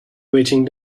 waiting